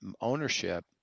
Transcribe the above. ownership